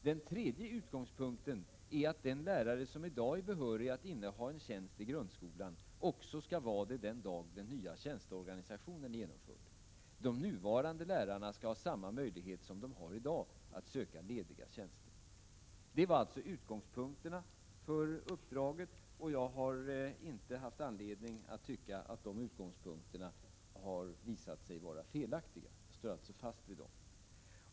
Den tredje utgångspunkten är att den lärare som i dag är behörig att inneha en tjänst i grundskolan också skall vara det den dag den nya tjänsteorganisationen genomförs. De nuvarande lärarna skall ha samma möjlighet som de har i dag att söka lediga tjänster.” Det var utgångspunkterna för uppdraget, och jag har inte haft anledning att tycka att dessa utgångspunkter visat sig vara felaktiga. Jag står alltså fast vid dessa.